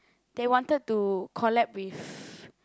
they wanted to collab with